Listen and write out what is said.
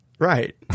Right